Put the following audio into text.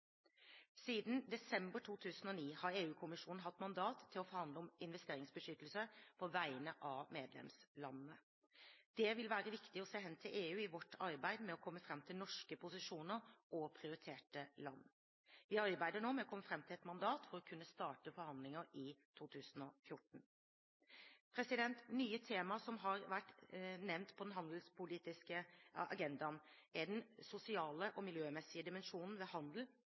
Siden desember 2009 har EU-kommisjonen hatt mandat til å forhandle om investeringsbeskyttelse på vegne av medlemslandene. Det vil være viktig å se hen til EU i vårt arbeid med å komme fram til norske posisjoner og prioriterte land. Vi arbeider nå med å komme fram til et mandat for å kunne starte forhandlinger i 2014. Nye temaer har som nevnt kommet på den handelspolitiske agendaen. De sosiale og miljømessige dimensjonene ved handel